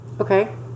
okay